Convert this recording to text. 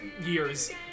years